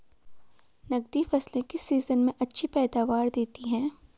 नकदी फसलें किस सीजन में अच्छी पैदावार देतीं हैं?